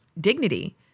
dignity